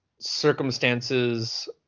circumstances